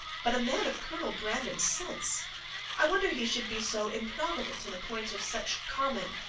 but a man of colonel brandon's sense i wonder he should be so improvident in a point of such common,